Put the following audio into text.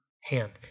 hand